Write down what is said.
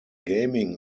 gaming